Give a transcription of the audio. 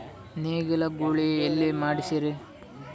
ನೇಗಿಲ ಗೂಳಿ ಎಲ್ಲಿ ಮಾಡಸೀರಿ?